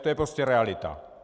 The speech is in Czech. To je prostě realita.